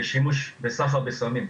שימוש וסחר בסמים.